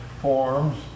forms